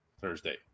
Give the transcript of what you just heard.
Thursday